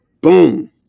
Boom